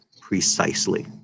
precisely